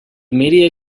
media